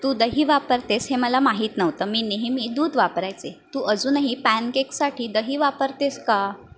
तू दही वापरतेस हे मला माहीत नव्हतं मी नेहमी दूध वापरायचे तू अजूनही पॅनकेकसाठी दही वापरतेस का